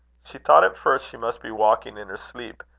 she thought at first she must be walking in her sleep,